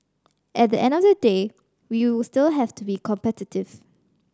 at the end of the day we still have to be competitive